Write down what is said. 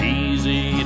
easy